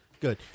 Good